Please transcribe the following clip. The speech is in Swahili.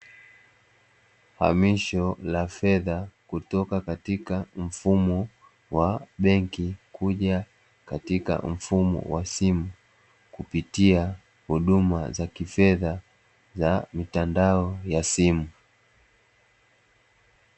Hamisho la fedha kutoka katika mfumo wa Benki kuja katika mfumo wa simu, kupitia hudumu za kifedha za mitandao ya simu.